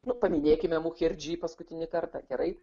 nu paminėkime mucherdži paskutinį kartą gerai